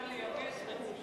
לא ניתן לייבא שרצים.